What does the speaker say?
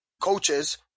coaches